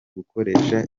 gukoresha